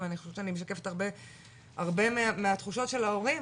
ואני חושבת שאני משקפת הרבה מהתחושות של ההורים.